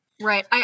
Right